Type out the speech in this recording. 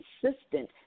consistent